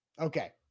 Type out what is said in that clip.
Okay